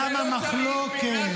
למה מחלוקת?